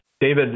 David